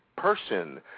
Person